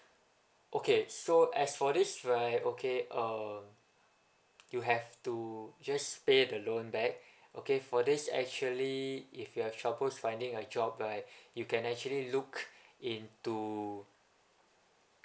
okay so as for this right okay um you have to just pay the loan back okay for this actually if you have trouble finding a job right you can actually look into